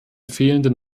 fehlenden